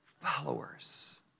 followers